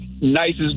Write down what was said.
nicest